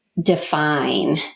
define